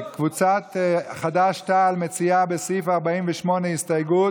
קבוצת חד"ש-תע"ל מציעה בסעיף 48 הסתייגות.